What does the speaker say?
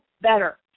better